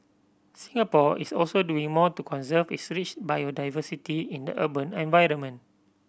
Singapore is also doing more to conserve its rich biodiversity in the urban environment